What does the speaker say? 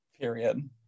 Period